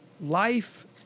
life